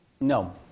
no